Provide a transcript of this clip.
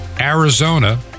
Arizona